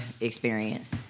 experience